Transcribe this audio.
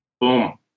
boom